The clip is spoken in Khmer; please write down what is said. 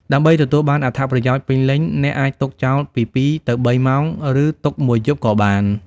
ដើម្បីទទួលបានអត្ថប្រយោជន៍ពេញលេញ អ្នកអាចទុកចោលពី ២ ទៅ ៣ ម៉ោង ឬទុកមួយយប់ក៏បាន។